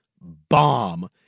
bomb